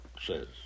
says